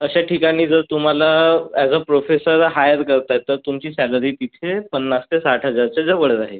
अशा ठिकाणी जर तुम्हाला अॅज अ प्रोफेसर हायर करत आहेत तर तुमची सॅलरी तिथे पन्नास ते साठ हजारच्या जवळ राहील